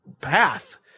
path